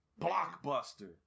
blockbuster